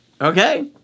Okay